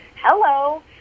hello